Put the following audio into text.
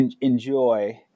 enjoy